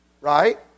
Right